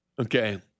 Okay